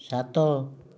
ସାତ